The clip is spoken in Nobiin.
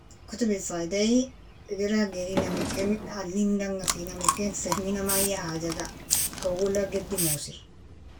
Kotobin faidai, gera gerinamin ken alimdangafinami ken fehminami ay hajaga ika awalak gadimosi.